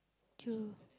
true